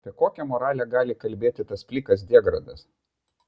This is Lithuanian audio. apie kokią moralę gali kalbėti tas plikas degradas